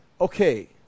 Okay